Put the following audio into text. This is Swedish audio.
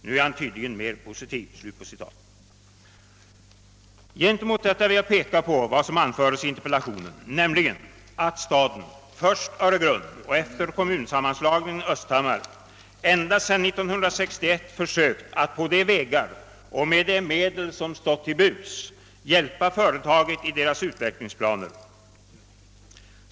Nu är han tydligen mer positiv.» Gentemot detta vill jag erinra om vad som anföres i interpellationen, nämligen att staden — först Öregrund och efter kommunsammanslagningen Östhammar — ända sedan 1961 har försökt att på de vägar och med de medel som stått till buds hjälpa företaget i dess utvecklingsplaner.